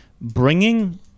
bringing